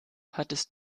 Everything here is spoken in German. hattest